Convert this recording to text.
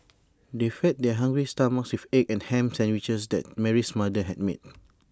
they fed their hungry stomachs with egg and Ham Sandwiches that Mary's mother had made